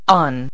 on